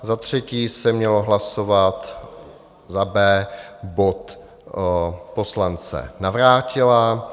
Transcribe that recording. Za třetí se měl hlasovat za B bod poslance Navrátila.